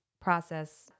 process